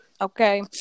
okay